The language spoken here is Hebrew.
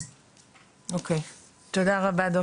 שמעתי פעם על מחירים של דאודורנטים,